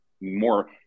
more